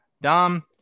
Dom